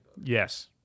Yes